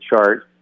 chart